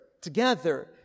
together